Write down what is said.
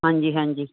ਹਾਂਜੀ ਹਾਂਜੀ